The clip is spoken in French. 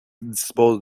dispose